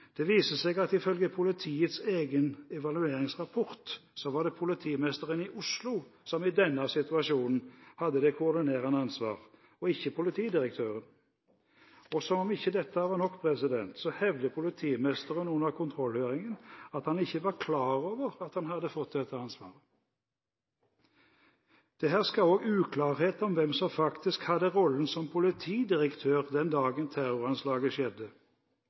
Det viser seg at ifølge politiets egen evalueringsrapport var det politimesteren i Oslo som i denne situasjonen hadde det koordinerende ansvaret, og ikke politidirektøren. Som om ikke dette var nok, hevdet politimesteren under kontrollhøringen at han ikke var klar over at han hadde fått dette ansvaret. Det hersket også uklarhet om hvem som faktisk hadde rollen som politidirektør den dagen terroranslaget skjedde.